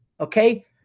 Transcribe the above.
Okay